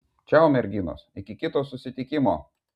čiau merginos iki kito susitikimo